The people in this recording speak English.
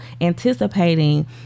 anticipating